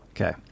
Okay